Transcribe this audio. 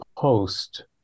post